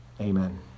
Amen